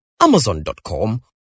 Amazon.com